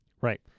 Right